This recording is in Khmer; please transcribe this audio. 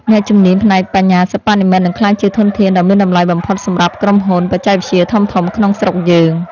អ្នកជំនាញផ្នែកបញ្ញាសិប្បនិម្មិតនឹងក្លាយជាធនធានដ៏មានតម្លៃបំផុតសម្រាប់ក្រុមហ៊ុនបច្ចេកវិទ្យាធំៗក្នុងស្រុកយើង។